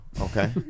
Okay